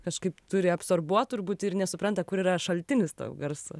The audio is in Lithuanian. kažkaip turi absorbuot turbūt ir nesupranta kur yra šaltinis to garso